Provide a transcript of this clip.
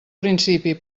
principi